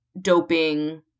doping